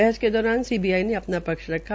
बहस के दौरान सीबीआई ने अधना धक्ष रखा